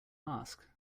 ask